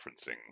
referencing